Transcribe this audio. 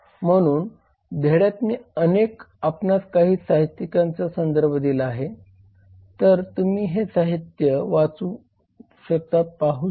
म्हणून धड्यात मी अनेक आपणास काही साहित्यिकांचा संदर्भ दिला आहे तर तुम्ही हे साहित्य पाहू शकता